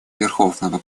верховенства